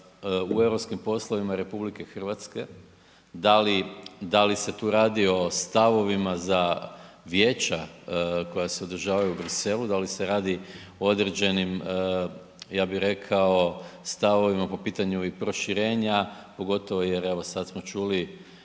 u eu poslovima RH. Da li se tu radi o stavovima za vijeća koja se održavaju u Briselu, da li se radi o određenim ja bih rekao stavovima po pitanju i proširenja pogotovo jer evo sada smo čuli